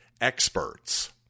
experts